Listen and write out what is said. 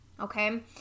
okay